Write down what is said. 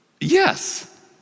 Yes